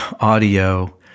audio